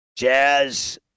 Jazz